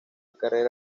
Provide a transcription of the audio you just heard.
carrera